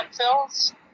landfills